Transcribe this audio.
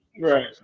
Right